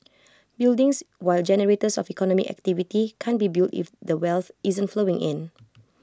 buildings while generators of economic activity can't be built if the wealth isn't flowing in